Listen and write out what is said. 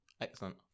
excellent